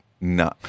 no